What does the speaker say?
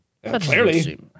Clearly